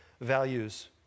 values